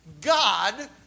God